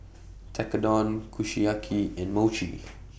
Tekkadon Kushiyaki and Mochi